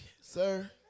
sir